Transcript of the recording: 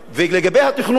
ולגבי התכנון,